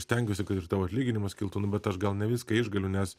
stengiuosi kad ir tavo atlyginimas kiltų nu bet aš gal ne viską išgaliu nes